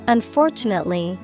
Unfortunately